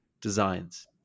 designs